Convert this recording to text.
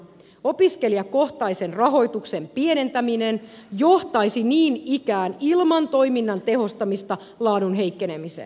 opiskelijakohtaisen rahoituksen pienentäminen johtaisi niin ikään ilman toiminnan tehostamista laadun heikkenemiseen